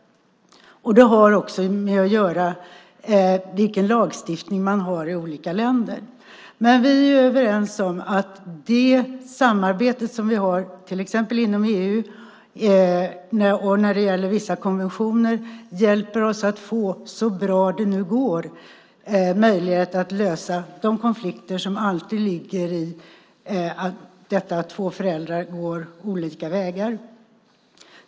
Det har också att göra med vilken lagstiftning man har i olika länder. Men vi är överens om att det samarbete som vi har till exempel inom EU och när det gäller vissa konventioner hjälper oss att få, så bra det nu går, möjlighet att lösa de konflikter som alltid ligger i detta att två föräldrar går olika vägar.